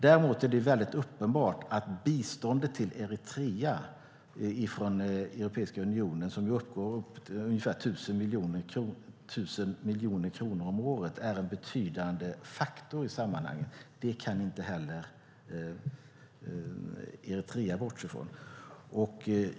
Däremot är det uppenbart att biståndet till Eritrea från Europeiska unionen, som uppgår till ungefär 1 000 miljoner kronor om året, är en betydande faktor i sammanhanget. Det kan inte heller Eritrea bortse från.